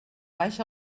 baix